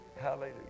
Hallelujah